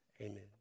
Amen